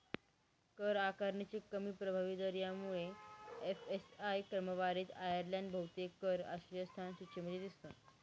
कर आकारणीचे कमी प्रभावी दर यामुळे एफ.एस.आय क्रमवारीत आयर्लंड बहुतेक कर आश्रयस्थान सूचीमध्ये दिसतो